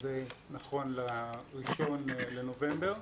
זה נכון לתאריך 1 בנובמבר.